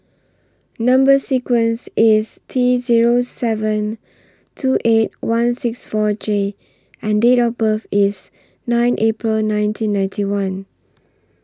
Number sequence IS T Zero seven two eight one six four J and Date of birth IS nine April nineteen ninety one